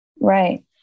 Right